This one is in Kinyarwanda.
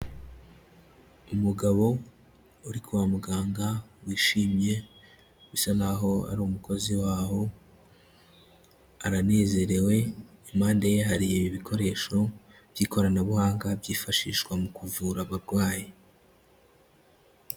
Umugabo uri kwa muganga wishimye bisa naho ari umukozi waho; aranezerewe, impande ye hari ibikoresho by'ikoranabuhanga byifashishwa mu kuvura abarwayi.